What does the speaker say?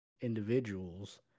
individuals